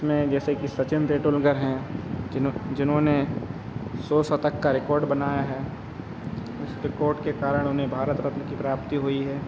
इसमें जैसे कि सचिन तेंडुलकर हैं जिन्होंने सौ शतक का रिकॉर्ड बनाया है इस रिकॉर्ड के कारण उन्हें भारत रत्न की प्राप्ति हुई है